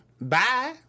Bye